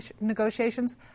negotiations